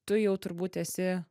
tu jau turbūt esi